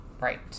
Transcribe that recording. Right